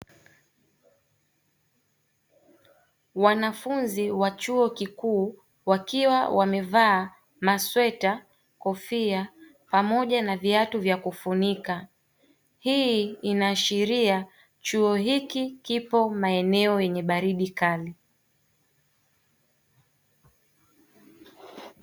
Wanafunzi wa chuo kikuu wakiwa wamevaa masweta, kofia, pamoja na viatu vya kufunika, hii inaashiria chuo hiki kipo maeneo yenye baridi kali.